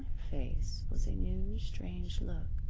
face was a new, strange look,